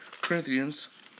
Corinthians